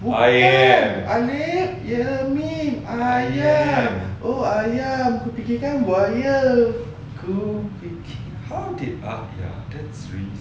ayam ayam how did ayam that's